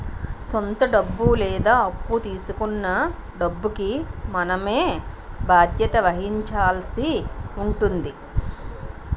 సొంత డబ్బు లేదా అప్పు తీసుకొన్న డబ్బుకి మనమే బాధ్యత వహించాల్సి ఉంటుంది